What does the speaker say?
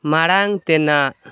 ᱢᱟᱲᱟᱝ ᱛᱮᱱᱟᱜ